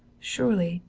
surely,